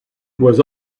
was